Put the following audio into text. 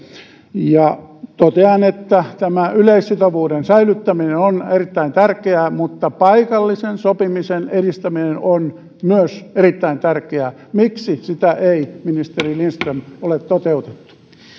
totean että yleissitovuuden säilyttäminen on erittäin tärkeää mutta myös paikallisen sopimisen edistäminen on erittäin tärkeää miksi sitä ei ministeri lindström ole toteutettu